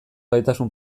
gaitasun